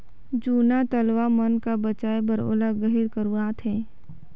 जूना तलवा मन का बचाए बर ओला गहिर करवात है